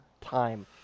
time